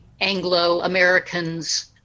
Anglo-Americans